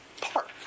park